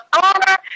honor